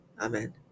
Amen